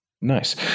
Nice